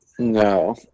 No